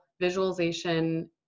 visualization